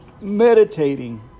meditating